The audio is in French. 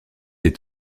est